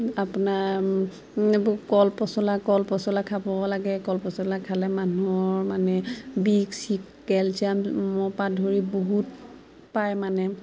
আপোনাৰ এইবো কল পচলা কল পচলা খাব লাগে কল পচলা খালে মানুহৰ মানে বিষ চিষ কেলচিয়ামৰ পৰা ধৰি বহুত পায় মানে